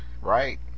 right